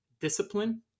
discipline